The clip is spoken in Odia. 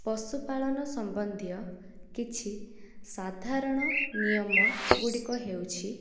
ପଶୁପାଳନ ସମ୍ବନ୍ଧୀୟ କିଛି ସାଧାରଣ ନିୟମ ଗୁଡ଼ିକ ହେଉଛି